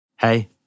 Hey